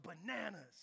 bananas